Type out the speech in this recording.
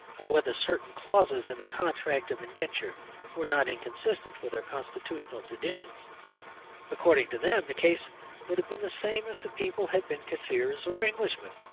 of whether certain clauses in the contract of indenture were not inconsistent with our constitutional traditions according to them, the case would have been the same if the people had been kaffirs or englishmen.